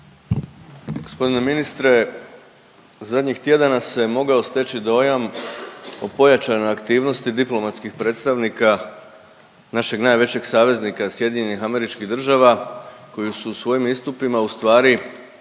Gospodine ministre, zadnjih tjedana se mogao steći dojam o pojačanoj aktivnosti diplomatskih predstavnika našeg najvećeg saveznika Sjedinjenih Američkih Država koji su u svojim istupima u stvari